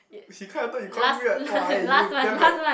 if he can't enter you call him weird !wah! eh you damn bad